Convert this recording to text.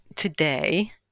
Today